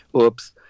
Oops